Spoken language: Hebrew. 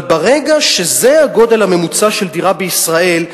אבל ברגע שזה הגודל הממוצע של דירה בישראל,